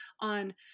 on